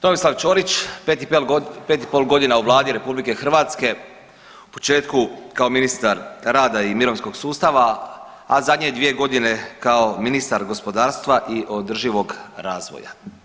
Tomislav Čorić 5 i pol godina u Vladi RH, u početku kao ministar rada i mirovinskog sustava, a zadnje dvije godine kao ministar gospodarstva i održivog razvoja.